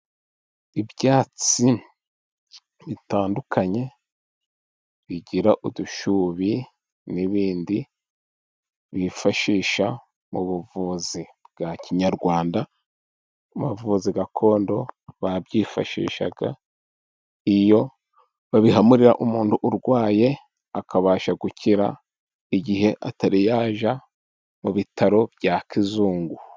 Ibyatsi bitandukanye bigira udushubi n'ibindi bifashisha mu buvuzi bwa kinyarwanda, abavuzi gakondo babyifashishaga iyo babihamuriraho umuntu urwaye akabasha gukira igihe atariyaja mu bitaro bya kizungu.